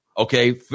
Okay